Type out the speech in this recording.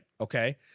Okay